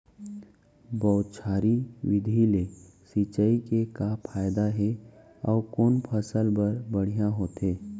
बौछारी विधि ले सिंचाई के का फायदा हे अऊ कोन फसल बर बढ़िया होथे?